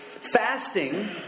fasting